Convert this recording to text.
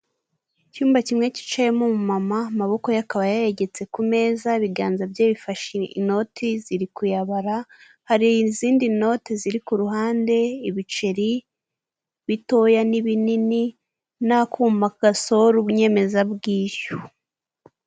Icyumba kimwe cyicayemo umumama amaboko ye akaba yayegetse ku meza, ibiganza bye bifashe inoti ziri kuyabara, hari izindi noti ziri ku ruhande, ibiceri bitoya n'ibinini n'akuma gasohora inyemezabwishyu.